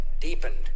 deepened